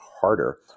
harder